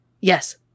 Yes